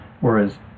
whereas